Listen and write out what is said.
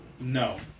No